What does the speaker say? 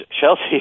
Chelsea